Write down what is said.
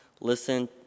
Listen